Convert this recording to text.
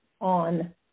on